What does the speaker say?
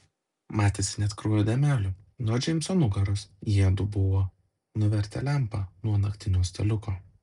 matėsi net kraujo dėmelių nuo džeimso nugaros jiedu buvo nuvertę lempą nuo naktinio staliuko